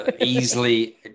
easily